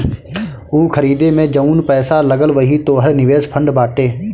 ऊ खरीदे मे जउन पैसा लगल वही तोहर निवेश फ़ंड बाटे